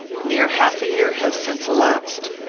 near half a year has since elapsed,